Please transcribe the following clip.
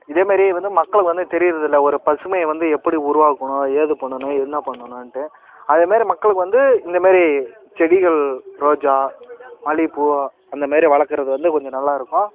இதேமாரி வந்து மக்களுக்கு வந்து தெரிகிறது இல்லை ஒரு பசுமையை வந்து எப்படி உருவாக்கணும் ஏது பண்ணணும் என்ன பண்ணணுன்ட்டு அதேமாரி மக்களுக்கு வந்து இந்தமாரி செடிகள் ரோஜா மல்லிகைப்பூ அந்தமாரி வளர்க்குறது வந்து கொஞ்சம் நல்லா இருக்கும்